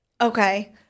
Okay